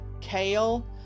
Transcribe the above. kale